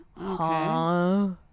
Okay